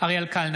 אריאל קלנר,